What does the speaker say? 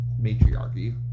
matriarchy